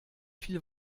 viel